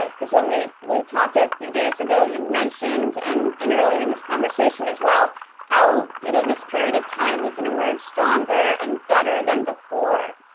but because when we we talked a few days ago, you mentioned and and earlier in this conversation as well how, you know, this period of time we can emerge stronger and better than before.